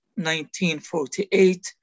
1948